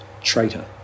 traitor